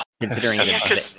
considering